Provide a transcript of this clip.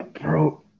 Bro